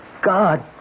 God